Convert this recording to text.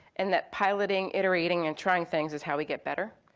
and that piloting, iterating, and trying things is how we get better.